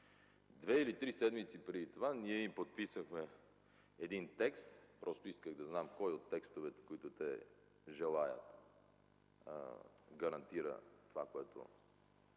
Две или три седмици преди това ние им подписахме един текст. Просто исках да знам кой от текстовете те желаят, за да гарантират това, което